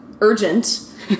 urgent